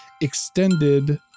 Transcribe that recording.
extended